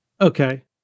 okay